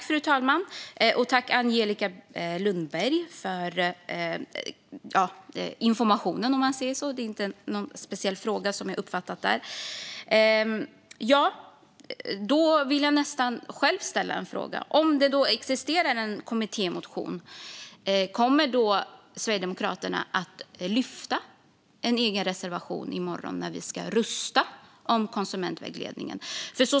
Fru talman! Jag tackar Angelica Lundberg för informationen; jag uppfattade inte någon speciell fråga. Jag vill själv ställa en fråga. Om det nu existerar en kommittémotion, kommer då Sverigedemokraterna att lyfta en egen reservation i morgon när vi ska rösta om konsumentvägledningen?